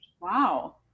Wow